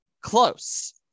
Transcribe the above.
Close